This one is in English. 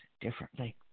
differently